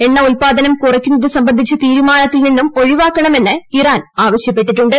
എണ്ണ ഉൽപാദനം കുറയ്ക്കുന്നത് സംബന്ധിച്ച തീരുമാനത്തിൽ നിന്നും ഒഴിവാക്കണമെന്ന് ഇറാൻ ആവശ്യപ്പെട്ടിട്ടുണ്ട്